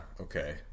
okay